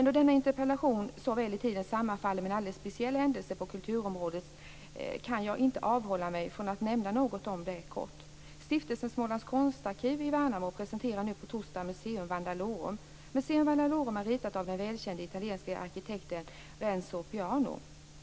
Då denna interpellation så väl i tiden sammanfaller med en alldeles speciell händelse på kulturområdet kan jag inte avhålla mig från att nämna något kort om den. Stiftelsen Smålands Konstarkiv i Värnamo presenterar nu på torsdag Museum Vandalorum. Det är ritat av den välkände italienska arkitekten Renzo Piano.